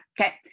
okay